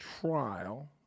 trial